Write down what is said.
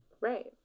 Right